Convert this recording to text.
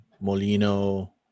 Molino